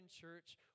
church